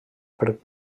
per